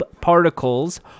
Particles